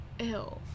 ew